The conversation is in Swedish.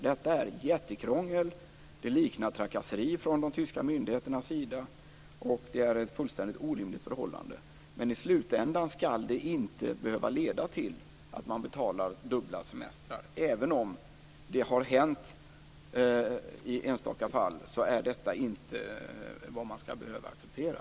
Detta är ett jättekrångel, det liknar trakasseri från de tyska myndigheternas sida och det är ett fullständigt orimligt förhållande. Men i slutändan skall det inte behöva leda till att man betalar dubbla semestrar. Även om det har hänt i enstaka fall är detta inte vad man skall behöva acceptera.